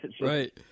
Right